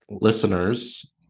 listeners